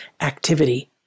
activity